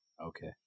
Okay